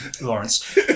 lawrence